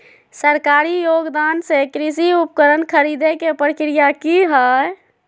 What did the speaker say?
सरकारी योगदान से कृषि उपकरण खरीदे के प्रक्रिया की हय?